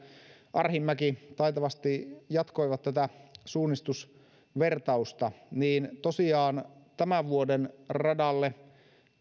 arhinmäki taitavasti jatkoivat tätä suunnistusvertausta niin tosiaan tämän vuoden radalle